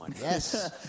Yes